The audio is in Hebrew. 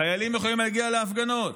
שחיילים יכולים להגיע להפגנות.